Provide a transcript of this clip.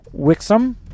Wixom